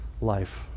life